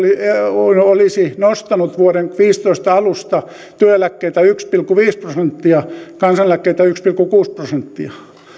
olisi nostanut vuoden viisitoista alusta työeläkkeitä yksi pilkku viisi prosenttia kansaneläkkeitä yksi pilkku kuusi prosenttia